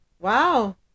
wow